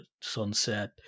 sunset